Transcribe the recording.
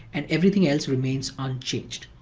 and everything else remains unchanged.